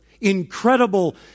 incredible